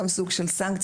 מחייב גם סוג של סנקציה,